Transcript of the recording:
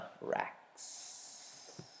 racks